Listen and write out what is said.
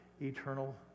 Eternal